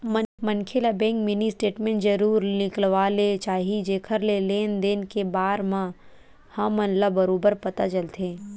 मनखे ल bank mini statement जरूर निकलवा ले चाही जेखर ले लेन देन के बार म हमन ल बरोबर पता चलथे